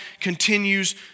continues